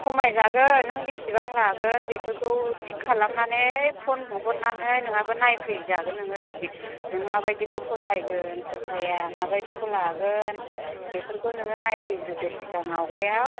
खमायजागोन नों बिसिबां लागोन बेफोरखौ थिग खालामनानै फन बुहरनानै नङाबा नायफैजागोन नोङो नों मा बायदिखौ फसायगोन फसाया माबायदिखौ लागोन बेफोरखौ नोङो नायफैग्रोदो सिगां आवगायाव